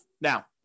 Now